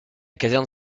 caserne